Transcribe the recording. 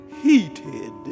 heated